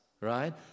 right